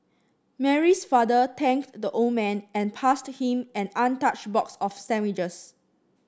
Mary's father thanked the old man and passed him an untouched box of sandwiches